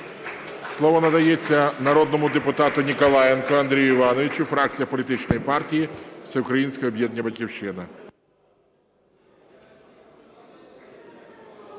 Слово надається народному депутату Ніколаєнку Андрію Івановичу, фракція політичної партії Всеукраїнське об'єднання "Батьківщина".